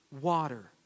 water